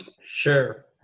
sure